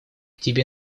тебе